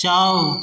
जाउ